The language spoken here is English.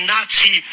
Nazi